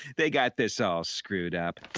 they got this all screwed up.